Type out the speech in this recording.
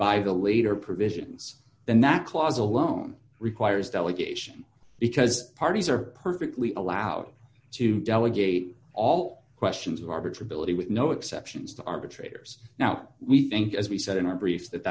by the leader provisions and that clause alone requires delegation because parties are perfectly allowed to delegate all questions of arbitrary billeted with no exceptions to arbitrators now we think as we said in our brief that